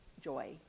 joy